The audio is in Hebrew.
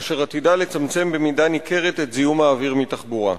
אשר עתידה לצמצם במידה ניכרת את זיהום האוויר מתחבורה.